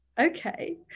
Okay